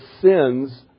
sins